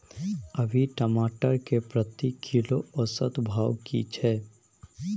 अभी टमाटर के प्रति किलो औसत भाव की छै?